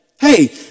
Hey